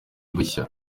bushya